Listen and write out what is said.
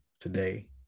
today